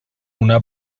una